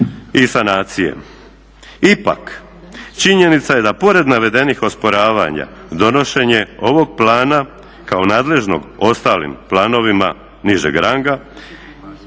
i sanacije. Ipak činjenica je da pored navedenih osporavanja donošenje ovog plana kao nadležnog ostalim planovima nižeg ranga